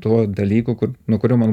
tuo dalyku kur nuo kurio man